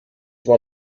war